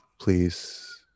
please